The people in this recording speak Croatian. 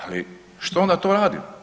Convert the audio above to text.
Ali, što onda to radimo?